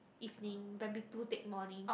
evening primary two take morning